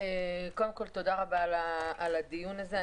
קודם כל תודה רבה על הדיון הזה.